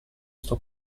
sto